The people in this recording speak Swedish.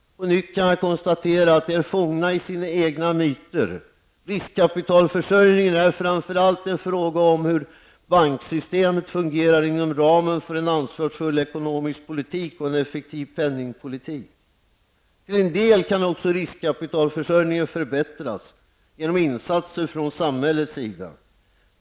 På nytt kan jag konstatera att de är fångna i sina egna myter. Riskkapitalförsörjningen är framför allt en fråga om hur banksystemet fungerar inom ramen för en ansvarsfull ekonomisk politik och en effektiv penningpolitik. Till en del kan också riskkapitalförsörjningen förbättras genom insatser från samhällets sida.